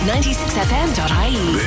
96FM.ie